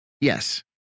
Yes